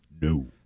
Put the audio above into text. No